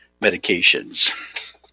medications